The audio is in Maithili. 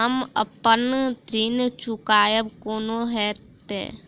हम अप्पन ऋण चुकाइब कोना हैतय?